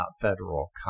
federal